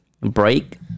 break